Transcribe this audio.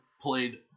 Played